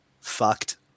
fucked